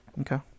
Okay